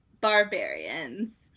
Barbarians